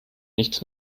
nichts